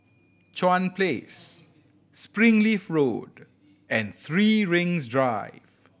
Chuan Place Springleaf Road and Three Rings Drive